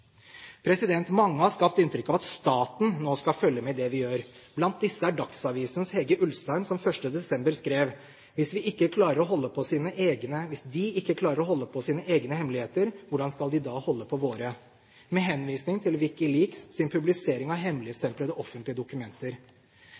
Mange har skapt et inntrykk av at staten nå skal følge med i det vi gjør. Blant disse er Dagsavisens Hege Ulstein, som 1. desember, med henvisning til WikiLeaks' publisering av hemmeligstemplede offentlige dokumenter, skrev: «Hvis de ikke klarer å holde på sine egne hemmeligheter, hvordan skal de da holde på våre?» Dette overtrampet føyer seg inn i